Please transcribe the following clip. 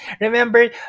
Remember